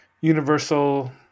universal